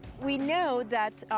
we know that,